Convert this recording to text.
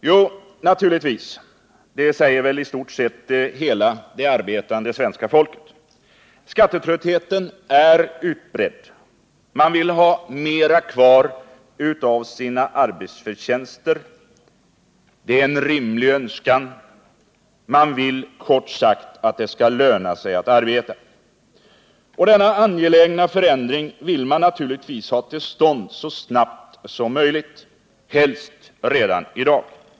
Jo, naturligtvis, det säger väl i stort sett hela det arbetande svenska folket. Skattetröttheten är utbredd — man vill ha mer kvar av sina arbetsförtjänster. Det är en rimlig önskan. Man vill — kort sagt — att det skall löna sig att arbeta. Och denna angelägna förändring vill man naturligtvis ha till stånd så snabbt som möjligt. Helst redan i dag.